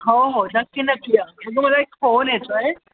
हो हो नक्की नक्की अगं मला एक फोन येतो आहे